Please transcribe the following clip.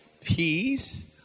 peace